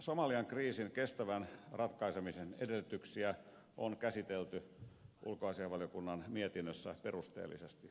somalian kriisin kestävän ratkaisemisen edellytyksiä on käsitelty ulkoasiainvaliokunnan mietinnössä perusteellisesti